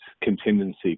contingency